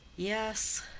yes,